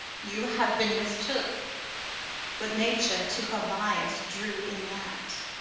you have been mistook but nature to her bias drew in that.